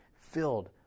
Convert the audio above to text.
filled